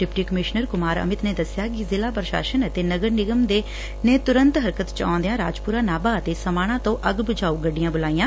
deputy commissioner Kumar Amit ਨੇ ਦਸਿਆ ਕਿ ਜ਼ਿਲ਼ਾ ਪੁਸ਼ਾਸਨ ਅਤੇ ਨਗਰ ਨਿਗਮ ਨੇ ਤੁਰੰਤ ਹਰਕਤ ਚ ਆਉਦੀਆਂ ਰਾਜਪੁਰਾ ਨਾਭਾ ਅਤੇ ਸਮਾਣਾ ਤੋ ਅੱਗ ਬੁਝਾਊ ਗੱਡੀਆਂ ਬੁਲਾਈਆਂ